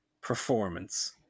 performance